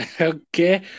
Okay